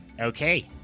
Okay